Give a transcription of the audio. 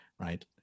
right